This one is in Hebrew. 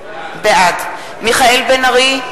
בעד מיכאל בן-ארי,